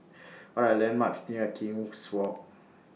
What Are The landmarks near King's Walk